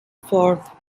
fourth